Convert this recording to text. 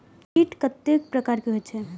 कीट कतेक प्रकार के होई छै?